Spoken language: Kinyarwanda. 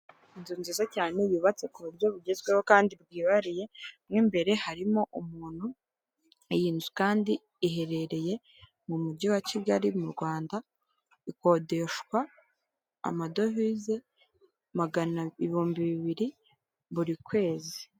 Inzu nziza cyane yubatse ku buryo bugezweho kandi bwihariye mu imbere harimo umuntu; iyi nzu kandi iherereye mu mujyi wa kigali mu rwanda; ikodeshwa amadovize ibihumbi bibiri buri kwezi.